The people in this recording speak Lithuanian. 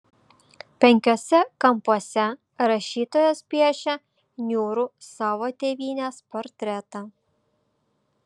penkiuose kampuose rašytojas piešia niūrų savo tėvynės portretą